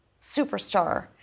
superstar